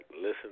listen